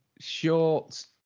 short